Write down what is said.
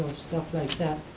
stuff like that.